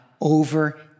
over